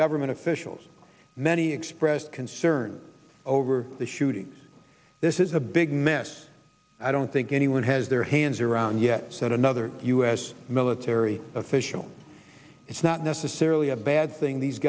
government officials many expressed concern over the shooting this is a big mess i don't think anyone has their hands around yet said another u s military official it's not necessarily a bad thing these